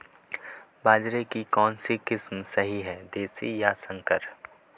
बाजरे की कौनसी किस्म सही हैं देशी या संकर?